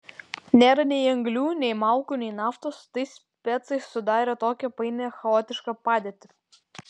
nėra nei anglių nei malkų nei naftos tai specai sudarė tokią painią chaotišką padėtį